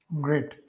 Great